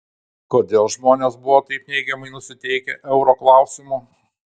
kodėl žmonės buvo taip neigiamai nusiteikę euro klausimu